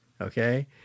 okay